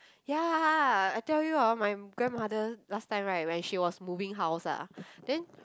ya I tell you ah my grandmother last time right when she was moving house ah then